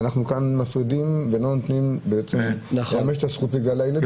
ואנחנו כאן מפרידים ולא נותנים לממש את הזכות הזאת בגלל הילד.